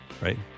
Right